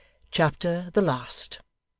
chapter the last